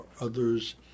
others